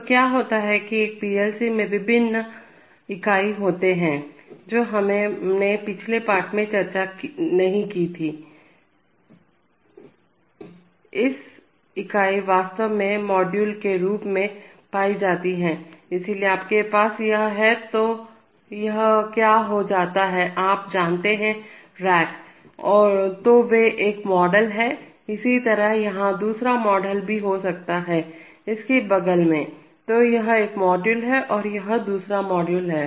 तो क्या होता है कि एक पीएलसी में विभिन्न ना इकाई होते हैं जो हमने पिछले पाठ में चर्चा नहीं की थी सोयाबीन इकाइयां वास्तव में मॉड्यूल के रूप में पाई जाती हैं इसलिए आपके पास यह है तो इसे क्या कहा जाता है आप जानते हैं रैक तो यह एक मॉडल है इसी तरह यहां दूसरा मॉडल भी हो सकता है इसकी बगल में तो यह एक मॉड्यूल है और यह दूसरा मॉडल है